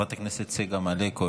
חברת הכנסת צגה מלקו,